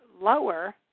lower